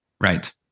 Right